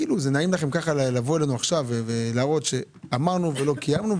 זה נעים לכם ככה לבוא אלינו עכשיו ולהראות אמרנו ולא קיימנו.